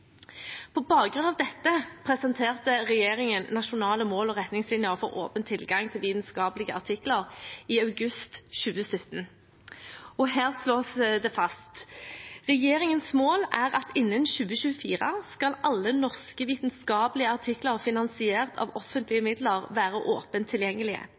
På bakgrunn av dette presenterte regjeringen nasjonale mål og retningslinjer for åpen tilgang til vitenskapelige artikler i august 2017. Her slås følgende fast: «Regjeringens mål er at innen 2024 skal alle norske vitenskapelige artikler finansiert av offentlige midler være åpent tilgjengelige.»